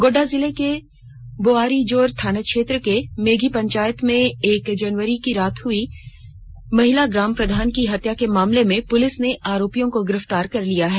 गोड्डा जिले के बोआरीजोर थाना क्षेत्र के मेघी पंचायत मे एक जनवरी की रात को हुई महिला ग्राम प्रधान के हत्या के मामले मे पुलिस ने आरोपियों को गिरफ्तार कर लिया गया है